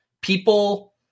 people